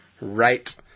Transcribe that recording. Right